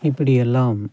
இப்படி எல்லாம்